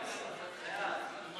התשע"ח 2018,